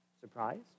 Surprised